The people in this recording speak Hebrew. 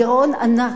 גירעון ענק,